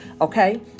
okay